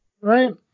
Right